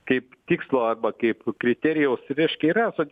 kaip tikslo arba kaip kriterijaus reiškia yra bet